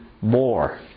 more